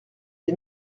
des